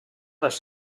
les